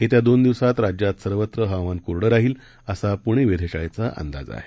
येत्या दोन दिवसात राज्यात सर्वत्र हवामान कोरडं राहील असा पुणे वेधशाळेचा अंदाज आहे